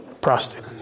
prostate